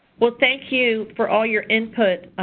well, thank you for all your input,